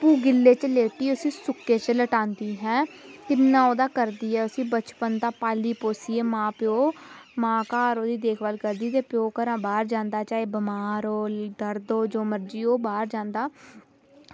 आपूं गिल्ले च लेटदी ते उसी सुक्के च सुलांदी आं ते किन्ना उसदा करदी ऐ ते उसगी पाली पोसियै मां प्योऽ मां घर दा करदी की जिसलै प्योऽ घर दा जंदा चाहे बमार होए दर्द होए पर जे मर्ज़ी होऐ बाहर जंदा